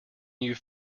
you’ve